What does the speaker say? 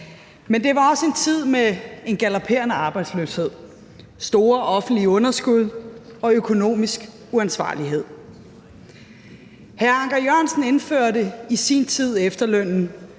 Men det var også en tid med en galopperende arbejdsløshed, store offentlige underskud og økonomisk uansvarlighed. Hr. Anker Jørgensen indførte i sin tid efterlønnen